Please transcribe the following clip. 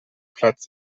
platz